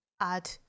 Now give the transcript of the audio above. add